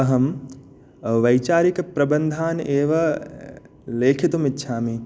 अहं वैचारिकप्रबन्धान् एव लेखितुमिच्छामि